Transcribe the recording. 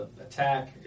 attack